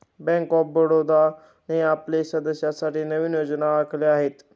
bank of बडोदाने आपल्या सदस्यांसाठी नवीन योजना आखल्या आहेत